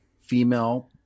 female